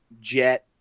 jet